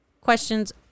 questions